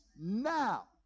now